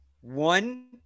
One